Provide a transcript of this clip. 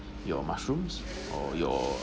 your mushrooms or your